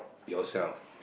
yourself